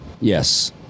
Yes